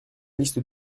liste